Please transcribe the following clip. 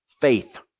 faith